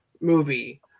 movie